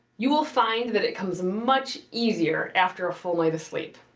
you will find that it comes much easier after a full night of sleep.